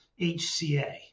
hca